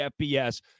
FBS